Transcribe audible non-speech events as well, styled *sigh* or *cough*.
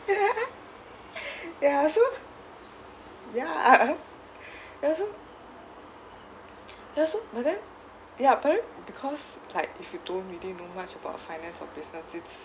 *laughs* ya so ya ya so ya so but then ya but then because like if you don't really know much about finance or business it's